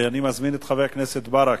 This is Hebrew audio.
אני מזמין את חבר הכנסת ברכה.